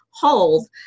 hold